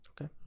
Okay